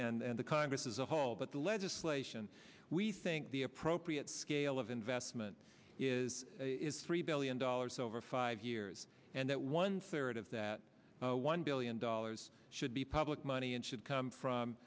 e and the congress as a whole but the legislation we think the appropriate scale of investment is three billion dollars over five years and that one third of that one billion dollars should be public money and should come from